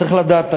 צריך לדעת,